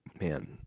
Man